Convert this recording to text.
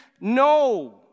No